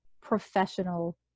professional